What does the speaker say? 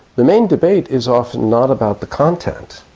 the main debate is often not about the content,